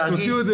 העובדים.